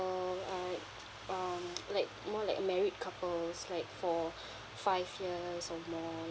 um I um like more like married couples like for five years or more